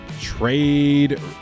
Trade